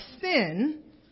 sin